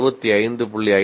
8 ஐ 65